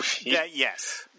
Yes